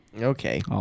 okay